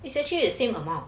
it's actually the same amount